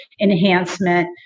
enhancement